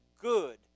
good